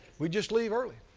we just leave early.